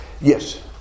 Yes